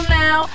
now